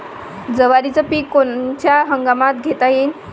जवारीचं पीक कोनच्या हंगामात घेता येते?